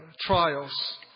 trials